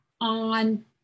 on